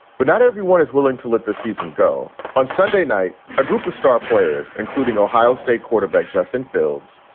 but not everyone is willing to let the season go on sunday night. a group of star players, including ohio state quarterback justin fildes,